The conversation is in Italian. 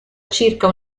circa